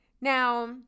Now